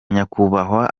nyakubahwa